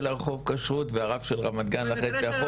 הרחוב כשרות והרב של רמת גן לחצי השני,